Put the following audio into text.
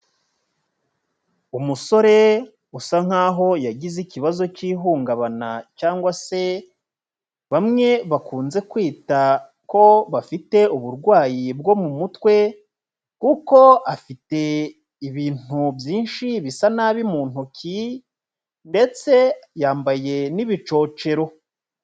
Umusore usa nkaho yagize ikibazo cy'ihungabana, cyangwa se bamwe bakunze kwita ko bafite uburwayi bwo mu mutwe, kuko afite ibintu byinshi bisa nabi mu ntoki ndetse yambaye n'ibicocero.